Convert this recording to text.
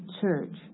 church